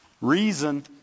Reason